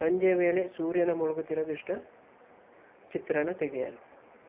ಸಂಜೆಯ ವೇಳೆ ಸೂರ್ಯನ ಮುಳುಗುತ್ತಿರೋ ಚಿತ್ರನ ತೆಗೆಯಲು